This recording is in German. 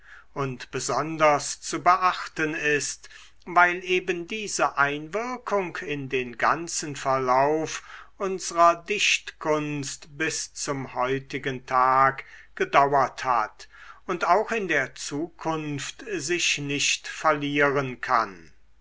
und besonders zu beachten ist weil eben diese einwirkung in den ganzen verlauf unsrer dichtkunst bis zum heutigen tag gedauert hat und auch in der zukunft sich nicht verlieren kann